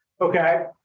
Okay